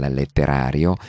letterario